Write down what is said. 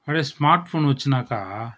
అదే smart phone వచ్చాక